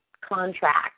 contract